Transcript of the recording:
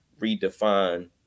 redefine